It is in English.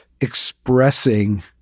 expressing